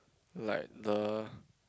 like the